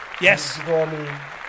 yes